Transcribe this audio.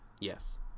Yes